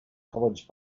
college